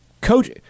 Coach